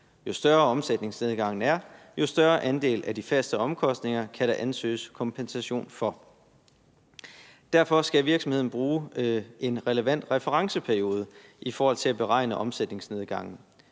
Jo større omsætningsnedgangen er, jo større andel af de faste omkostninger kan der ansøges kompensation for. Derfor skal virksomheden bruge en relevant referenceperiode i forhold til at beregne omsætningsnedgangen.